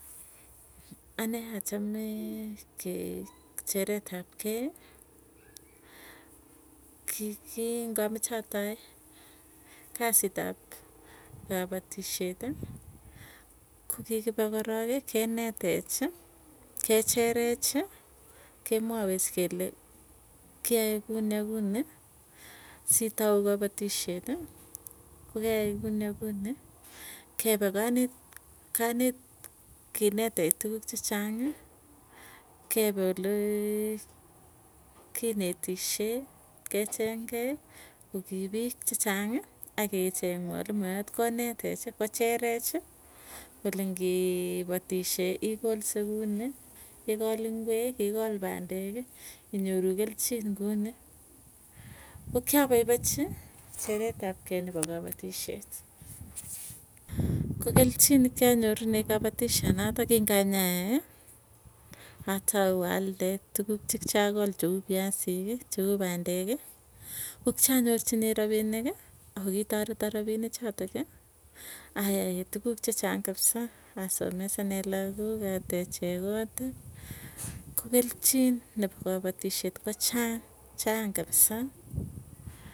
Anee achamee ke cheret ap kei kii ngameche atoi, kasit ap kapatisheti, ko kikipe korooki kenetechi, kecherechi kemwawech kele kiae kuni ak kuni. Sitau kapatisheti kokeai kuni ak kuni. Kepe kanet kinetech tukuuk chechang'i, kepe olee kinetishee kechengkei chechang akecheng mwalimoyot konetechi kocherechi, kole ngeepatishe ikolse kuni, ikol ingwek ikol pandeki, inyoru kelchin kuni. Ko kiapaipachi cheret ap kei nepoo kapatishiet, ko kelchin nekianyorunee kapatisyonotok kinganyayai, atau alde tukuk chi kiakol cheu piasik, cheu pandeki. Ko kianyorchinee rapiniki ako kitareta rapini chatoki, ayai tukuuk chechang kapsa anet lakook ateche kooti ko kelchin nepo kapatisyet ko chang chang kapsaa.